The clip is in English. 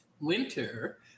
winter